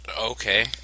Okay